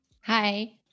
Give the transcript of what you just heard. hi